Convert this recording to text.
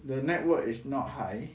the network is not high